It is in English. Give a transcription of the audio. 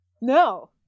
No